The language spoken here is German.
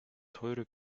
teure